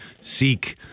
seek